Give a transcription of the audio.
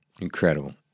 Incredible